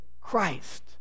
Christ